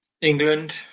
England